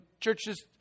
churches